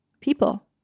people